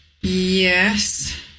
yes